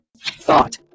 thought